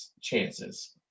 chances